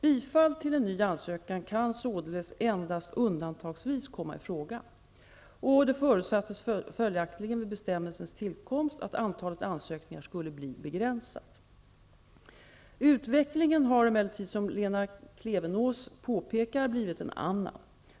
Bifall till en ny ansökan kan således endast undantagsvis komma i fråga, och det förutsattes följaktligen vid bestämmelsens tillkomst att antalet ansökningar skulle bli begränsat. Utvecklingen har emellertid, som Lena Klevenås påpekar, blivit en annan.